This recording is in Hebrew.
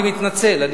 אני מתנצל.